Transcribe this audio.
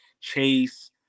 Chase